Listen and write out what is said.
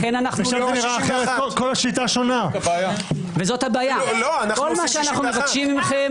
אנחנו עושים 61. מה שאנו מבקשים מכם